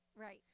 Right